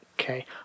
Okay